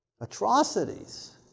atrocities